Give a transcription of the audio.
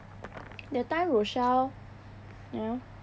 that time rochel you know